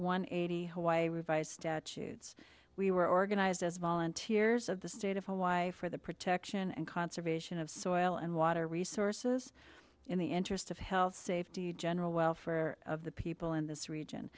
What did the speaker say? one eighty hawaii revised statutes we were organized as volunteers of the state of hawaii for the protection and conservation of soil and water resources in the interest of health safety general welfare of the people in this region